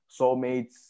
soulmates